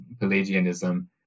Pelagianism